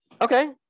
Okay